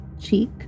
cheek